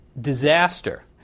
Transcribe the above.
disaster